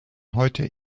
heute